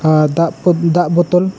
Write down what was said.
ᱟᱨ ᱫᱟᱜ ᱠᱚ ᱫᱟᱜ ᱵᱚᱛᱚᱞ